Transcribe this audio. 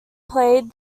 played